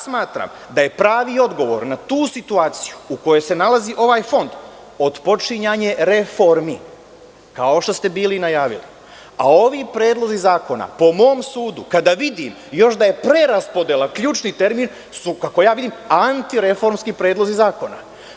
Smatram da je pravi odgovor na tu situaciju u kojoj se nalazi ovaj fond otpočinjanje reformi, kao što ste bili najavili, a ovi predlozi zakona, po mom sudu kada vidim još da je preraspodela ključni termin, su kako ja vidim antireformski predlozi zakona.